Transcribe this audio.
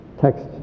text